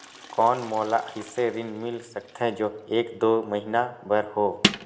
कौन मोला अइसे ऋण मिल सकथे जो एक दो महीना बर हो?